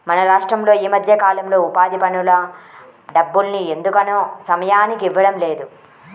మన రాష్టంలో ఈ మధ్యకాలంలో ఉపాధి పనుల డబ్బుల్ని ఎందుకనో సమయానికి ఇవ్వడం లేదు